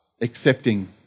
accepting